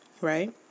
right